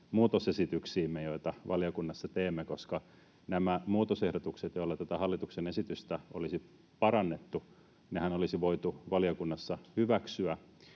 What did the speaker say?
muutosesityksiimme, joita valiokunnassa teimme, koska nämä muutosehdotukset, joilla tätä hallituksen esitystä olisi parannettu, olisi voitu valiokunnassa hyväksyä,